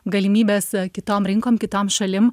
galimybes kitom rinkom kitom šalim